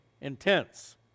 intense